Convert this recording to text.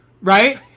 right